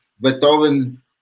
Beethoven